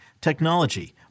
technology